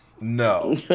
no